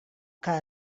que